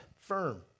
firm